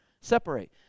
separate